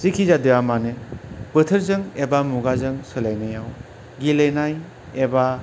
जेखि जादिया मानो बेथोरजों एबा मुगाजों सोलायनायाव गेलेनाय एबा